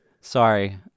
Sorry